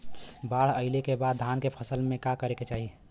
बाढ़ आइले के बाद धान के फसल में का करे के चाही?